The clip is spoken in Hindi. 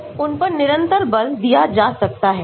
तो उन पर निरंतर बल दिया जा सकता है